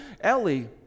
Ellie